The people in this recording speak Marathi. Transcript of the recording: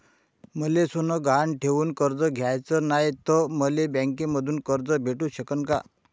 मले सोनं गहान ठेवून कर्ज घ्याचं नाय, त मले बँकेमधून कर्ज भेटू शकन का?